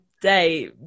day